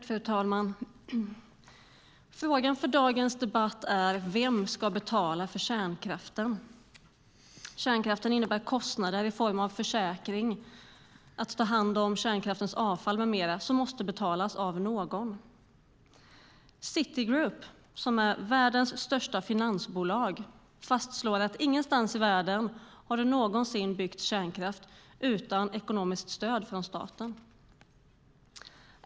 Fru talman! Frågan för dagens debatt är: Vem ska betala för kärnkraften? Kärnkraften innebär kostnader i form av försäkring, att ta hand om kärnkraftens avfall med mera som måste betalas av någon. Citigroup, som är världens största finansbolag, fastslår att det ingenstans i världen någonsin har byggts kärnkraft utan ekonomiskt stöd från staten.